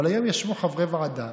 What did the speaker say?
אבל היום ישבו חברי ועדה